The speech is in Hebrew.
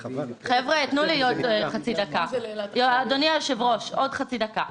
חבר'ה, אדוני היושב-ראש, תנו לי עוד חצי דקה.